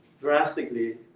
drastically